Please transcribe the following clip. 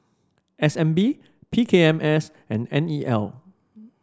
S N B P K M S and N E L